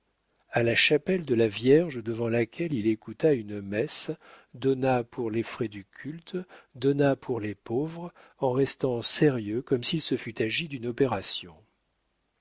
à la chapelle de la vierge devant laquelle il écouta une messe donna pour les frais du culte donna pour les pauvres en restant sérieux comme s'il se fût agi d'une opération